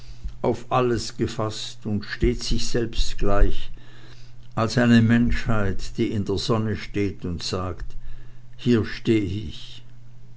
auf alles gefaßt und stets sich selbst gleich als eine menschheit die in der sonne steht und sagt hier steh ich